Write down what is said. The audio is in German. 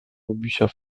bücher